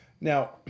Now